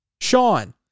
Sean